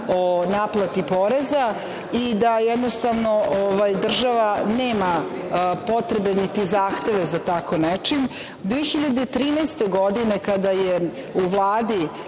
o naplati poreza, i da jednostavno država nema potrebe niti zahteve za tako nečim. Godine 2013. kada je u Vladi